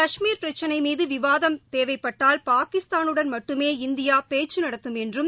கஷ்மீர் பிரச்சினை மீது விவாதம் தேவைப்பட்டால் பாகிஸ்தானுடன் மட்டுமே இந்தியா பேச்சுநடத்தும் என்றும்